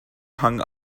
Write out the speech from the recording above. hung